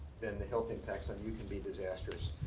then the health impacts on you can be disastrous.